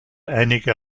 einige